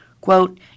Quote